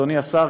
אדוני השר,